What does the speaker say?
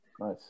Nice